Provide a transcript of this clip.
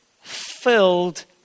filled